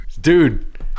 Dude